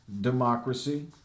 democracy